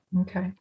Okay